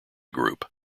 group